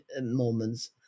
moments